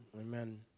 Amen